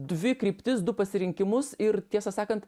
dvi kryptis du pasirinkimus ir tiesą sakant